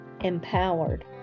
empowered